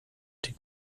die